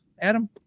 Adam